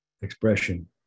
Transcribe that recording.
expression